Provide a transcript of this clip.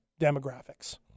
demographics